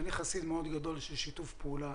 אני חסיד מאוד גדול של שיתוף פעולה